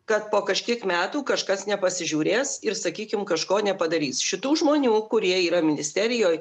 kad po kažkiek metų kažkas nepasižiūrės ir sakykim kažko nepadarys šitų žmonių kurie yra ministerijoj